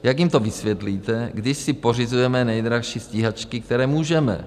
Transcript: Jak jim to vysvětlíte, kdy si pořizujeme nejdražší stíhačky, které můžeme?